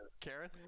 Karen